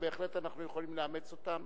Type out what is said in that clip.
ובהחלט אנחנו יכולים לאמץ אותן.